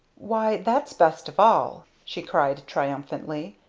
why that's best of all! she cried triumphantly.